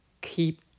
keep